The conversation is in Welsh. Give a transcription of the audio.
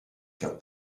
gael